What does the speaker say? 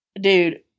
dude